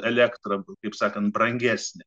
elektrą kaip sakant brangesnį